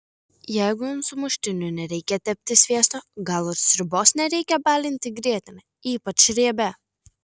jeigu ant sumuštinių nereikia tepti sviesto gal ir sriubos nereikia balinti grietine ypač riebia